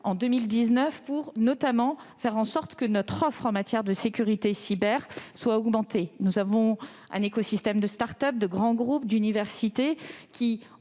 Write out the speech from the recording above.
de filière, notamment pour faire en sorte que notre offre en matière de sécurité cyber soit augmentée. Nous avons un écosystème de start-up, de grands groupes et d'universités, qui